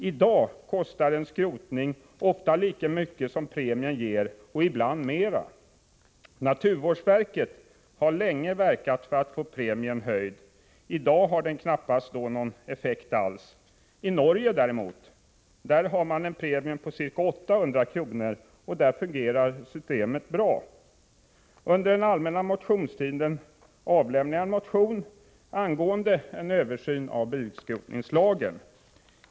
I dag kostar en skrotning ofta lika mycket som premien ger, ibland mera. Naturvårdsverket har länge verkat för att få premien höjd. I dag har den knappast någon effekt alls. I Norge däremot, där man har en premie på ca 800 kr., fungerar systemet bra. Under allmänna motionstiden avlämnade jag en motion angående en översyn av bilskrotningslagen.